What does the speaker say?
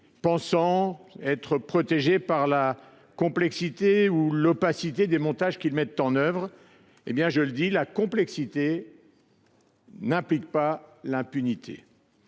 pensant être protégés par la complexité ou l’opacité des montages qu’ils mettent en œuvre. Je le dis clairement : la complexité n’implique pas l’impunité.